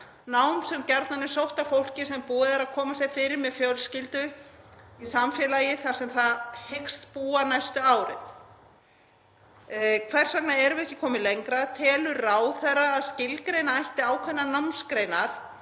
nám sem gjarnan er sótt af fólki sem búið er að koma sér fyrir með fjölskyldu í samfélagi þar sem það hyggst búa næstu árin. Hvers vegna erum við ekki komin lengra? Telur ráðherra að skilgreina ætti ákveðnar námsgreinar